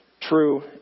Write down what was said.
True